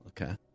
Okay